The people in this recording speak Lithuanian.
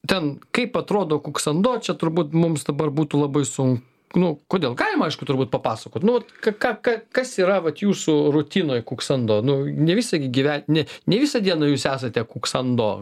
ten kaip atrodo kuksando čia turbūt mums dabar būtų labai sun nu kodėl galima aišku turbūt papasakot nu vat ką ka kas yra vat jūsų rutinoj kuksando nu ne visi gi gyve ne ne visą dieną jūs esate kuksando